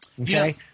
Okay